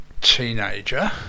teenager